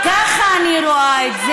ככה אני רואה את זה,